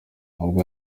ubwo